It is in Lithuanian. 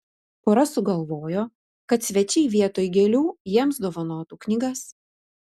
pora sugalvojo kad svečiai vietoj gėlių jiems dovanotų knygas